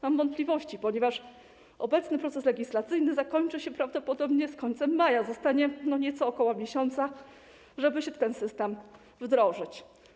Mam wątpliwości, ponieważ obecny proces legislacyjny zakończy się prawdopodobnie z końcem maja, zostanie ok. miesiąca, żeby się w ten system wdrożyć.